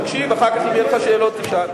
תקשיב, אחר כך אם יהיו לך שאלות תשאל.